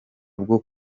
bwo